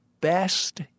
best